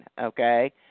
okay